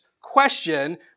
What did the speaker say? question